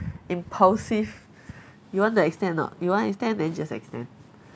impulsive you want to extend or not you want extend then just extend